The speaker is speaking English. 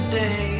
day